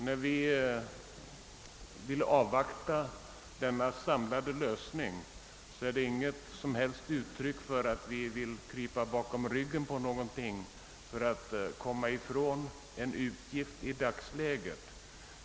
När vi vill avvakta denna samlade lösning är detta inget som helst uttryck för att vi skulle vilja krypa bakom någonting för att slippa ifrån en utgift i dagsläget.